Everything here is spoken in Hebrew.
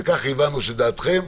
וכך הבנו שדעתכם,